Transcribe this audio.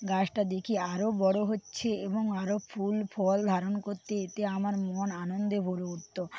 গাছটা দেখি আরও বড়ো হচ্ছে এবং আরও ফুল ফল ধারণ করছে এতে আমার মন আনন্দে ভরে উঠতো